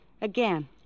Again